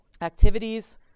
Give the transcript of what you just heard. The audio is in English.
activities